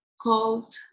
called